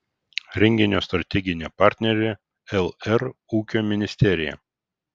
renginio strateginė partnerė lr ūkio ministerija